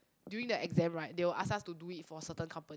during the exam right they will ask us to do it for certain company